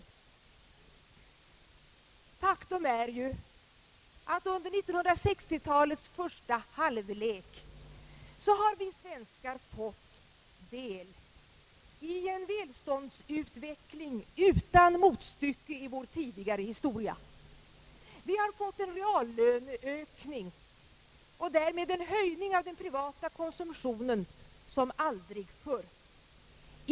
Faktum är ju att under 1960-talets första halvlek har vi svenskar fått del av en välståndsutveckling utan motstycke i vår tidigare historia. Vi har fått en reallöneökning och därmed en höjning av den privata konsumtionen som aldrig förr.